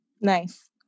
Nice